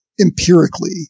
empirically